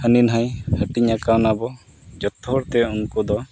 ᱦᱟᱹᱱᱤ ᱱᱟᱹᱭ ᱦᱟᱹᱴᱤᱧᱟ ᱠᱟᱣᱱᱟ ᱵᱚ ᱡᱚᱛᱚ ᱦᱚᱲ ᱛᱮ ᱩᱱᱠᱩ ᱫᱚ